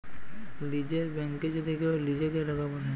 লীযের ব্যাংকে যদি কেউ লিজেঁকে টাকা পাঠায়